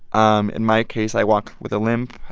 um in my case, i walk with a limp.